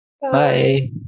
Bye